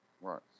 Right